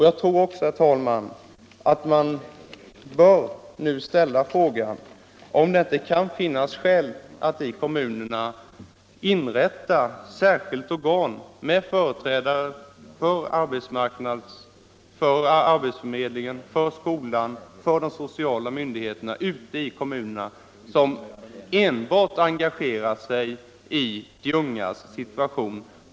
Jag tror också, herr talman, att man nu bör ställa frågan om det inte kan finnas skäl att inom kommunerna inrätta ett särskilt organ med företrädare för arbetsförmedlingen, skolan och de sociala myndigheterna ute i kommunerna, som enbart engagerar sig i de ungas situation.